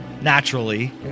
naturally